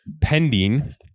Pending